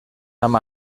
amb